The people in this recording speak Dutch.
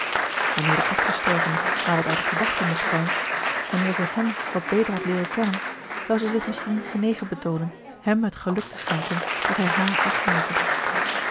de afgestorvene haar wat uit de gedachten mogt zijn wanneer zij hèm wat beter had leeren kennen zou zij zich misschien genegen betoonen hem het geluk te schenken dat hij haar afmeette